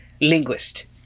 linguist